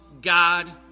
God